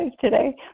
today